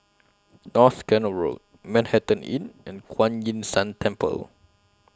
North Canal Road Manhattan Inn and Kuan Yin San Temple